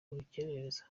urukerereza